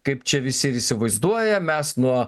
kaip čia visi ir įsivaizduoja mes nuo